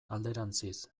alderantziz